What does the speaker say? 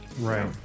right